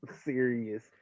serious